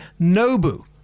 Nobu